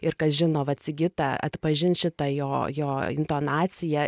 ir kas žino vat sigitą atpažint šitą jo jo intonaciją